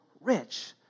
rich